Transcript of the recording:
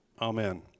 Amen